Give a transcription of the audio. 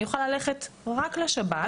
אני אוכל ללכת רק לשב"ן.